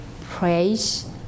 praise